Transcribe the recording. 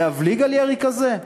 להבליג על ירי כזה?